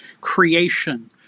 creation